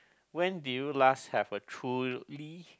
when did you last have a truly